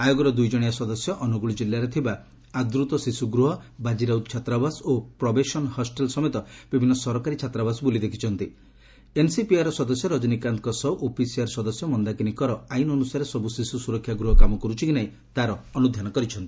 ଆୟୋଗର ଦୁଇଜଶିଆ ସଦସ୍ୟ ଅନୁଗୁଳ ଜିଲ୍ଲାରେ ଥିବା ଆଦୂତ ଶିଶୁ ଗୃହ ବାଜିରାଉତ ଛାତ୍ରାବାସ ଓ ପ୍ରବେଶନ ହଷ୍ଟେଲ ସମେତ ବିଭିନ୍ନ ସରକାରୀ ଛାତ୍ରାବାସ ବୁଲି ଦେଖି ଛନ୍ତି ଏନ୍ସିପିସିଆର୍ର ସଦସ୍ୟ ରଜନୀକାନ୍ତଙ୍କ ସହ ଓଏସ୍ସିପିଆର୍ର ସଦସ୍ୟ ମନ୍ଦାକିନୀ କର ଆଇନ୍ ଅନୁସାରେ ସବୁ ଶିଶୁ ସୁରକ୍ଷା ଗୃହ କାମ କରୁଛି କି ନାହିଁ ତା'ର ଅନୁଧାନ କରିଛନ୍ତି